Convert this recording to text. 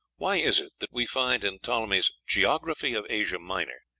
why is it that we find in ptolemy's geography of asia minor,